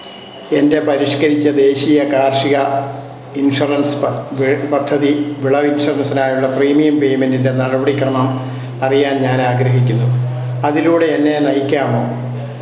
എന്റെ പരിഷ്കരിച്ച ദേശീയ കാർഷിക ഇൻഷുറൻസ് പത് വേ പദ്ധതി വിള ഇൻഷുറൻസിനായുള്ള പ്രീമിയം പേയ്മെൻറ്റിന്റെ നടപടിക്രമം അറിയാൻ ഞാനാഗ്രഹിക്കുന്നു അതിലൂടെ എന്നെ നയിക്കാമോ